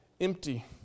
empty